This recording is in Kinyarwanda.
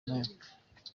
neza